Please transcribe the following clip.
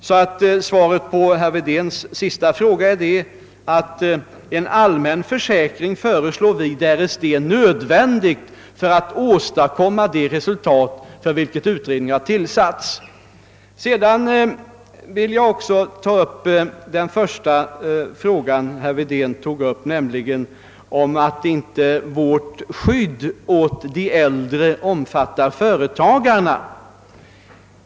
Svaret på herr Wedéns fråga är således, att en allmän försäkring föreslås om vi finner att det är nödvändigt för att åstadkomma det resultat för vilket utredningen tillsatts. Herr Wedén berörde också det förhållandet, att vårt förslag till skydd åt de äldre inte omfattar företagarna.